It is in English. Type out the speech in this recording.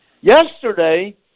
yesterday